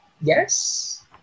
Yes